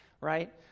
right